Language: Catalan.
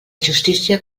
justícia